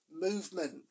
movement